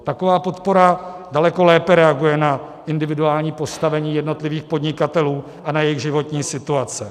Taková podpora daleko lépe reaguje na individuální postavení jednotlivých podnikatelů a na jejich životní situace.